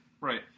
right